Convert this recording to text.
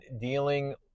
dealing